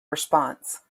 response